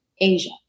Asia